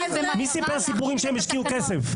מי סיפר את הסיפורים שהם השקיעו כסף?